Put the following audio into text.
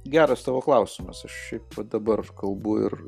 geras tavo klausimas aš šiaip va dabar kalbu ir